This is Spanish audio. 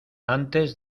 antes